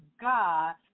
God